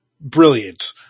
brilliant